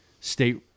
state